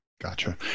Gotcha